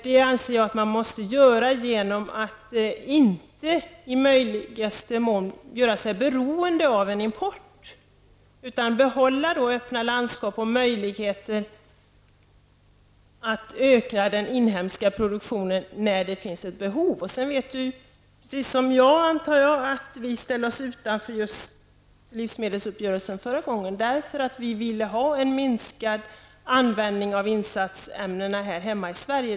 Det anser jag att man måste göra genom att i möjligaste mån inte göra sig beroende av import, utan genom att behålla öppna landskap och möjligheter att öka den inhemska produktionen när det finns ett behov. Annika Åhnberg vet precis som jag att vi ställde oss utanför livsmedelsuppgörelsen förra gången en sådan var aktuell därför att vi ville ha en minskad användning av tillsatsämnena här hemma i Sverige.